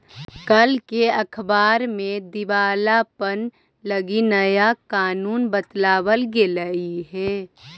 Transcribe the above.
कल के अखबार में दिवालापन लागी नया कानून बताबल गेलई हे